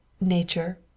Nature